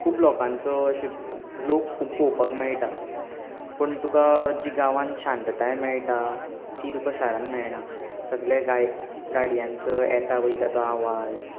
खूब लोकांचो अशे लोक खूब पळोवपाक मेळटा पूण तुका जी गांवांत शांतताय मेळटा ती तुका शारांत मेळना सगळे गाय गाड्यांचो येता वयता तो आवाज